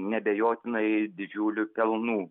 neabejotinai didžiulių pelnų